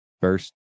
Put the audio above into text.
first